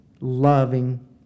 loving